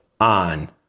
on